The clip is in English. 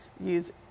use